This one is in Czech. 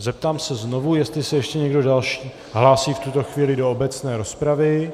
Zeptám se znovu, jestli se ještě někdo další hlásí v tuto chvíli do obecné rozpravy.